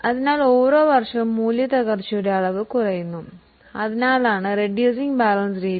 ഇങ്ങനെ വർഷം തോറും ഡിപ്രീസിയേഷൻ കുറക്കുന്ന രീതി ആണ് റെഡ്യൂസിങ്ങ് ബാലൻസ് രീതി